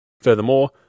Furthermore